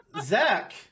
Zach